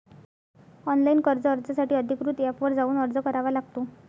online कर्ज अर्जासाठी अधिकृत एपवर जाऊन अर्ज करावा लागतो